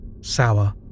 Sour